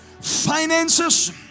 Finances